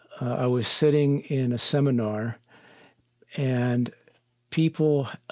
i was sitting in a seminar and people,